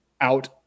out